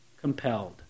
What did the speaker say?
compelled